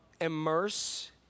immerse